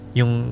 yung